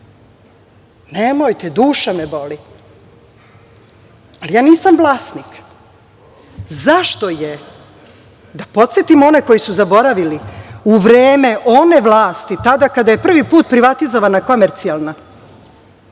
nemojte, duša me boli. Ja nisam vlasnik. Zašto je, da podsetimo one koji su zaboravili u vreme one vlasti, tada kada je prvi put privatizovana „Komercijalna“